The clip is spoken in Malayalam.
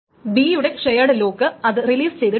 B യുടെ ഷെയേട് ലോക്ക് അത് റിലീസ് ചെയ്തിട്ടില്ല